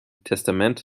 testament